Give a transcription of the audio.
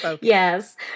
Yes